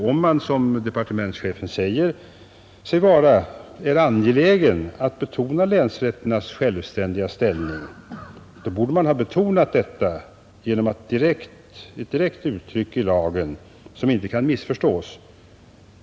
Om man är angelägen — som departementschefen säger sig vara — att betona länsrätternas självständiga ställning borde detta ha betonats genom ett direkt uttryck i lagen som inte kan missförstås.